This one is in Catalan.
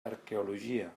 arqueologia